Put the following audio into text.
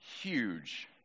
huge